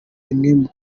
rimwe